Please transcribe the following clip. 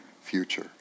future